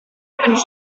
and